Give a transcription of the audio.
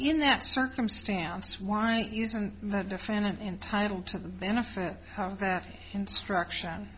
in that circumstance why isn't the defendant entitle to the benefit of their instruction